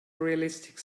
realistic